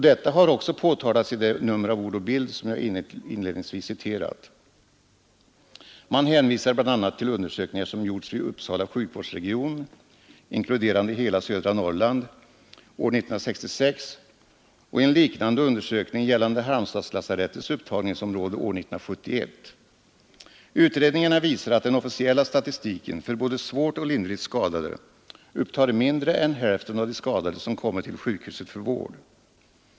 Detta har också påtalats i det nummer av Ord och Bild som jag inledningsvis citerat. Man hänvisar bl.a. till undersökningar som gjorts inom Uppsala sjukvårdsregion — inkluderande hela södra Norrlahd — år 1966 och en liknande undersökning gällande Halmstadslasarettets upptagningsområde år 1971. Utredningarna visar att den officiella statistiken för både svårt och lindrigt skadade upptar mindre än hälften av de skadade som kommit till sjukhuset för vård.